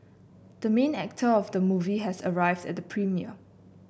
the main actor of the movie has arrived at the premiere